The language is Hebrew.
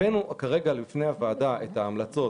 אנחנו מביאים בפניכם את המלצות